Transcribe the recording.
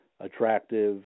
attractive